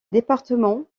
département